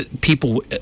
people